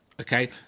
Okay